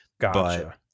Gotcha